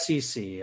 sec